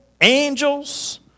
angels